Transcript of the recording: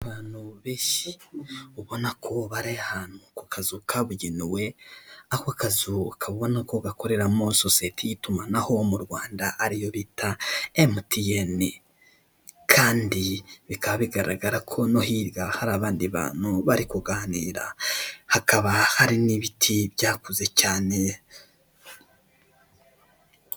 Abantu benshi ubona ko bari ahantu ku kazu kabugenewe, ako kazu ukabona ko gakoreramo sosiyete y'itumanaho mu Rwanda ariyo bita MTN, kandi bikaba bigaragara ko no hirya hari abandi bantu, bari kuganira hakaba hari n'ibiti byakuze cyane.